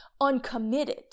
uncommitted